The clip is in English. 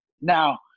Now